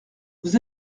vous